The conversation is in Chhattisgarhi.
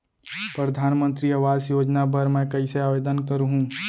परधानमंतरी आवास योजना बर मैं कइसे आवेदन करहूँ?